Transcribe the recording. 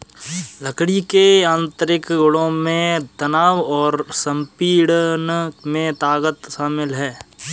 लकड़ी के यांत्रिक गुणों में तनाव और संपीड़न में ताकत शामिल है